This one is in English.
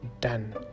done